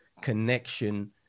connection